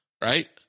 Right